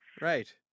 right